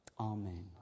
Amen